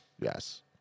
yes